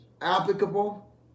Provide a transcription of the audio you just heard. applicable